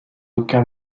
aucun